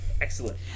Excellent